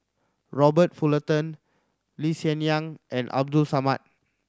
Robert Fullerton Lee Hsien Yang and Abdul Samad